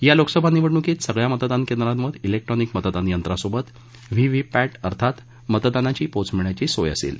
या लोकसभा निवडणुकीत सगळ्या मतदान केंद्रांवर इलेक्ट्रॉनिक मतदान यंत्रासेबत व्हीव्हीपॅट अर्थात मतदानाची पोच मिळण्याची सोय असेल